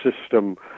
system